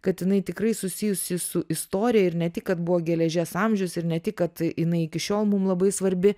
kad jinai tikrai susijusi su istorija ir ne tik kad buvo geležies amžius ir ne tik kad jinai iki šiol mum labai svarbi